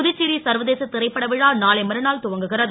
புதுச்சேரி சர்வசே திரைப்பட விழா நாளை மறுநாள் துவங்குகிறது